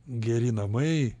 geri namai